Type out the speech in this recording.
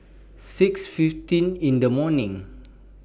six fifteen in The morning